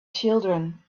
children